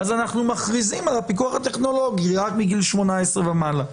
אז אנחנו מכריזים על הפיקוח הטכנולוגי רק מגיל 18 ומעלה.